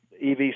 EV